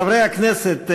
חברי הכנסת,